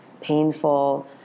painful